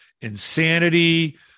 insanity